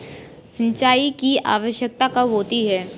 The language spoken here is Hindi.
सिंचाई की आवश्यकता कब होती है?